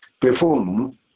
perform